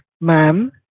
Ma'am